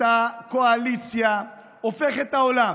אותה קואליציה הופכת את העולם